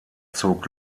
zog